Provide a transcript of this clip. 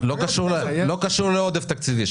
לא קשור לעודף תקציבי.